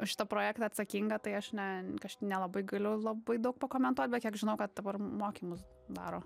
už šitą projektą atsakinga tai aš ne aš nelabai galiu labai daug pakomentuot bet kiek žinau kad dabar mokymus daro